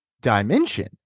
dimension